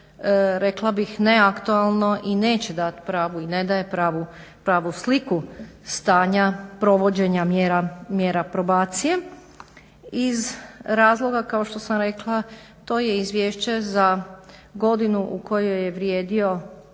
rekla bih neaktualno i neće dati pravu i ne daje pravu sliku stanja provođenja mjera probacije. Iz razloga kao što sam rekla to je izvješće za godinu u kojoj je vrijedio